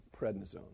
prednisone